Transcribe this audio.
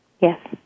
Yes